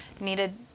needed